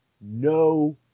no